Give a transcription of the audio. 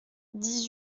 dix